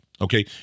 Okay